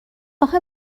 اخه